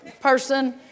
person